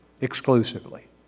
exclusively